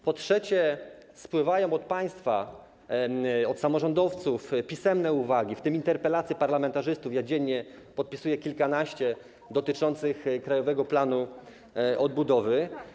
Po trzecie, spływają od państwa, od samorządowców pisemne uwagi, w tym interpelacje parlamentarzystów, dziennie podpisuję kilkanaście, dotyczące Krajowego Planu Odbudowy.